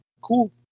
cool